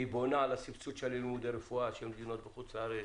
היא בונה על הסבסוד שלה ללימודי רפואה של מדינות בחוץ לארץ,